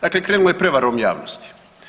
Dakle, krenulo je prevarom javnosti.